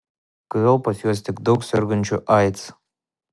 kodėl pas juos tiek daug sergančių aids